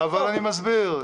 אני מסביר.